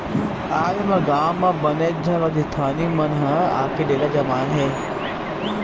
आज हमर गाँव म बनेच झन राजिस्थानी मन ह आके डेरा जमाए हे